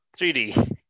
3D